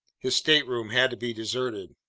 his stateroom had to be deserted.